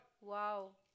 wow